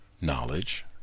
knowledge